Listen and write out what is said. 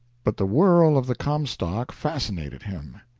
but the whirl of the comstock fascinated him.